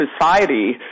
society